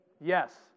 Yes